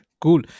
Cool